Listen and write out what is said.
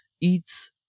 eats